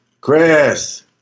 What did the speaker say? Chris